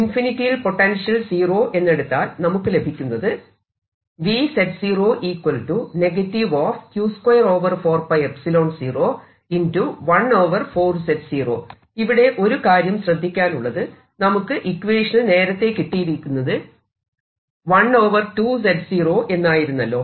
ഇൻഫിനിറ്റിയിൽ potential '0 ' എന്നെടുത്താൽ നമുക്ക് ലഭിക്കുന്നത് ഇവിടെ ഒരു കാര്യം ശ്രദ്ധിക്കാനുള്ളത് നമുക്ക് ഇക്വേഷനിൽ നേരത്തെ കിട്ടിയിരുന്നത് 1 എന്നായിരുന്നല്ലോ